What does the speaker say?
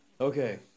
Okay